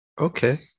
okay